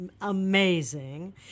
amazing